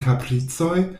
kapricoj